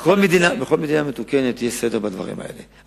בכל מדינה מתוקנת יש סדר בדברים האלה.